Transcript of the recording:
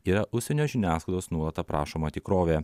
yra užsienio žiniasklaidos nuolat aprašoma tikrovė